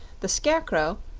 the scarecrow,